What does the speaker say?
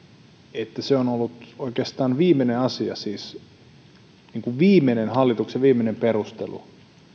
että se on ollut oikeastaan viimeinen asia siis hallituksen viimeinen perustelu